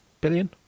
Billion